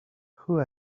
who